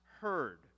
heard